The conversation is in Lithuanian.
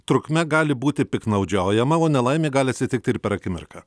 trukme gali būti piktnaudžiaujama o nelaimė gali atsitikti ir per akimirką